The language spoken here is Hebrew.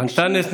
אנטאנס,